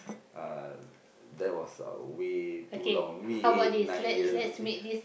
uh that was uh way too long maybe eight nine years eh